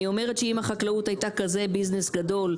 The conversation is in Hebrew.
אני אומרת שאם החלאות הייתה כזה ביזנס גדול,